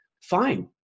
Fine